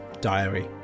diary